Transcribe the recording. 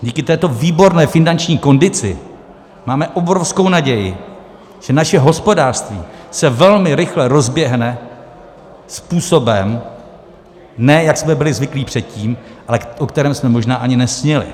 Díky této výborné finanční kondici máme obrovskou naději, že naše hospodářství se velmi rychle rozběhne způsobem, ne jak jsme byli zvyklí předtím, ale o kterém jsme možná ani nesnili.